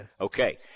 Okay